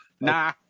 Nah